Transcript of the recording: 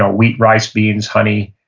ah wheat, rice, beans, honey,